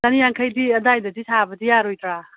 ꯆꯅꯤ ꯌꯥꯡꯈꯩꯗꯤ ꯑꯗꯥꯏꯗꯗꯤ ꯁꯥꯕꯗꯤ ꯌꯥꯔꯣꯏꯗ꯭ꯔꯥ